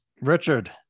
Richard